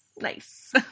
nice